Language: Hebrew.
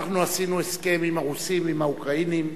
אנחנו עשינו הסכם עם הרוסים, עם האוקראינים,